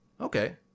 Okay